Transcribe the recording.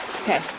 Okay